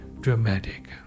dramatic